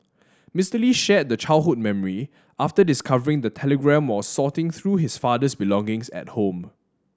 Mister Lee shared the childhood memory after discovering the telegram while sorting through his father's belongings at home